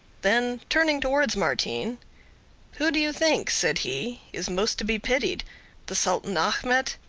then, turning towards martin who do you think, said he, is most to be pitied the sultan achmet,